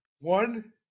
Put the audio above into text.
One